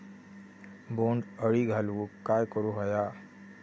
बोंड अळी घालवूक काय करू व्हया?